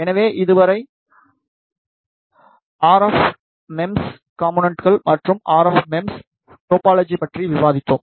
எனவே இதுவரை RF MEMS RF MEMS காம்போனென்ட்கள் மற்றும் RF MEMS RF MEMS topology பற்றி விவாதித்தோம்